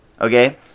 okay